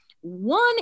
One